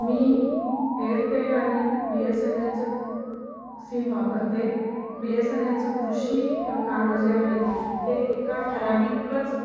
मी Airtel आणि B S N एलचं SIM वापरते बी एस एन एलचं कृषी कार्ड जे आहे ते एका ठराविकच